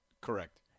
Correct